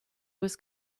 was